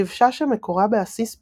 דבשה שמקורה בעסיס פירות,